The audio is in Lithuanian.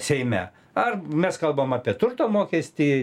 seime ar mes kalbam apie turto mokestį